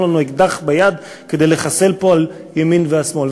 לנו אקדח ביד כי לחסל פה על ימין ועל שמאל.